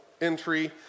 entry